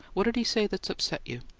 what did he say that's upset you?